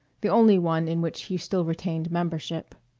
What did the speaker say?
the only one in which he still retained membership.